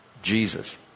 jesus